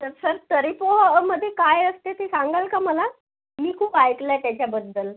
तर सर तर्री पोहामध्ये काय असते ते सांगाल का मला मी खूप ऐकलं आहे त्याच्याबद्दल